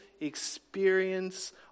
experience